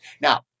Now